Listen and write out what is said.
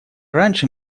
раньше